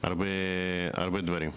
בדברים רבים.